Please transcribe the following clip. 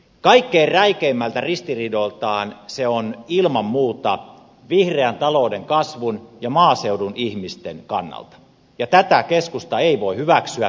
kaikkein räikeimmissä ristiriidoissa se on ilman muuta vihreän talouden kasvun ja maaseudun ihmisten kannalta ja tätä keskusta ei voi hyväksyä